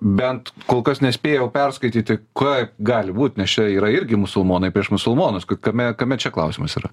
bent kol kas nespėjau perskaityti ką gali būt nes čia yra irgi musulmonai prieš musulmonus ku kame kame čia klausimas yra